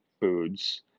foods